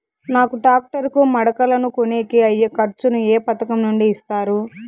నాకు టాక్టర్ కు మడకలను కొనేకి అయ్యే ఖర్చు ను ఏ పథకం నుండి ఇస్తారు?